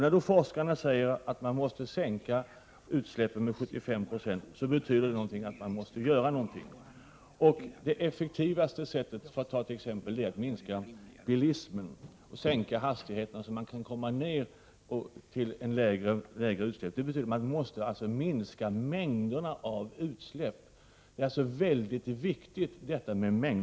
När forskarna säger att man måste sänka utsläppen med 75 96 betyder det att vi måste vidta åtgärder. Det effektivaste är att minska bilismen och sänka hastigheterna, så att vi kommer ned i mindre utsläpp. Vi måste minska mängderna av utsläpp. Mängderna är alltså mycket viktiga.